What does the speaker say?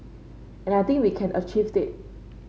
and I think we can achieved it